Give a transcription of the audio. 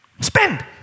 spend